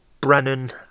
Brennan